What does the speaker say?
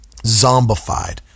zombified